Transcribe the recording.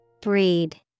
Breed